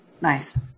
Nice